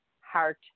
heart